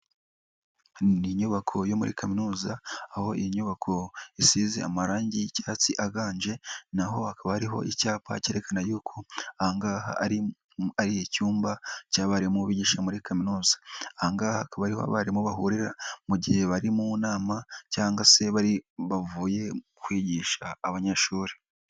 Ni inyubako yo muri kaminuza, aho iyi nyubako isize amarangi y'icyatsi aganje, na ho hakaba hariho icyapa cyerekana yuko aha ngaha ari icyumba cy'abarimu bigisha muri kaminuza, aha ngaha akaba ariho abarimu bahurira mu gihe bari mu nama cyangwa se bari bavuye kwigisha abanyeshuri.